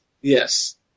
Yes